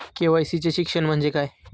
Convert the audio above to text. KYC चे शिक्षण म्हणजे काय?